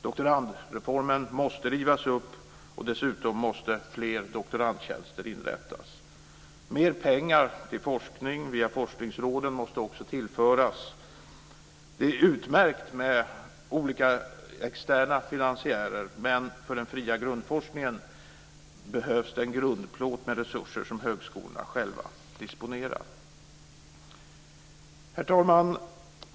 Doktorandreformen måste rivas upp, och dessutom måste fler doktorandtjänster inrättas. Mer pengar till forskning via forskningsråden måste också tillföras. Det är utmärkt med olika externa finansiärer, men för den fria grundforskningen behövs det en grundplåt med resurser som högskolorna själva disponerar. Herr talman!